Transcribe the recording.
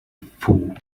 fool